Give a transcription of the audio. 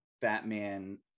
Batman